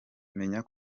menya